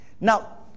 Now